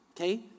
okay